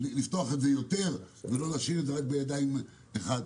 ולפתוח את זה יותר ולא להשאיר את זה רק בידיים מסוימות.